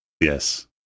Yes